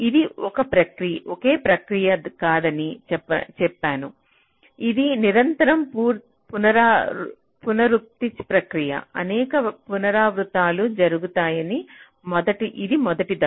ఇది ఒకే ప్రక్రియ కాదని చెప్పాను ఇది నిరంతర పునరుక్తి ప్రక్రియ అనేక పునరావృత్తులు జరుగుతాయి ఇది మొదటి దశ